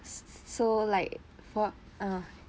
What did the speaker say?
s~ s~ so like what uh